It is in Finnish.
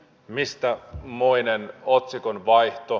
mistä moinen otsikon vaihto